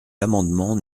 l’amendement